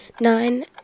Nine